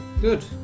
Good